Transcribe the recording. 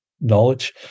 knowledge